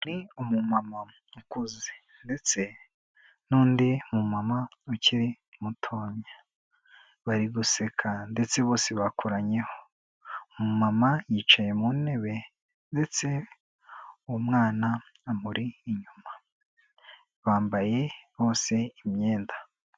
Ni umumama ukuze ndetse n'undi mumama ukiri mutoya. Bari guseka ndetse bose bakoranyeho. umumama yicaye mu ntebe ndetse umwana amuri inyuma. Bambaye bose imyenda.